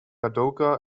ladoga